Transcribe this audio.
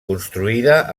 construïda